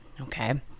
Okay